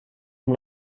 amb